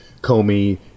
Comey